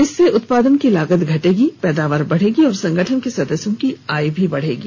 इससे उत्पादन की लागत घटेगी पैदावार बढेगी और संगठन के सदस्यों की आय भी बढेगी